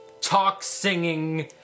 talk-singing